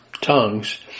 tongues